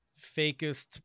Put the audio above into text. fakest